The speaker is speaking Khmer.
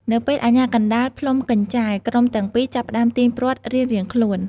នៅពេលអាជ្ញាកណ្ដាលផ្លុំកញ្ចែ ក្រុមទាំងពីរចាប់ផ្ដើមទាញព្រ័ត្ររៀងៗខ្លួន។